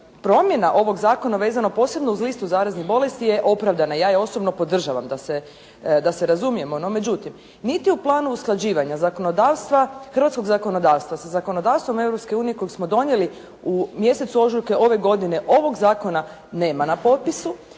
Promjena ovoga zakona vezano posebno uz listu zaraznih bolesti je opravdana, ja je osobno podržavam, da se razumijem, no međutim, niti u planu usklađivanja, hrvatskog zakonodavstva sa zakonodavstvom Europske unije kojeg smo donijeli u mjesecu ožujku ove godine ovoga zakona nema na popisu